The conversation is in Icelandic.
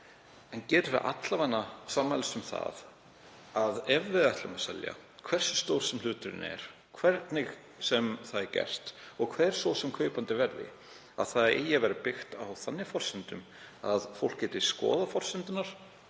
En getum við alla vega sammælst um það að ef við ætlum að selja, hversu stór sem hluturinn er, hvernig sem það er gert og hver svo sem kaupandi verður, eigi það að vera byggt á þannig forsendum að fólk geti skoðað þær,